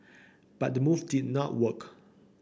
but the move did not work